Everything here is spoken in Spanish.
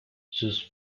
sus